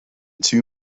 two